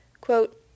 Quote